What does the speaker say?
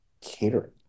catering